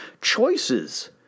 choices